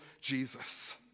Jesus